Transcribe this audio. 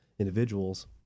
individuals